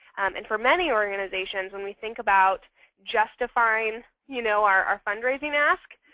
and for many organizations, when we think about justifying you know our our fundraising ask,